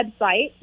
website